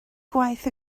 gwaith